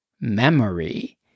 memory